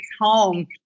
home